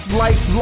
life